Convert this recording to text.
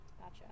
Gotcha